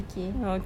okay